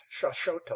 Shoshoto